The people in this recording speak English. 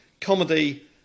comedy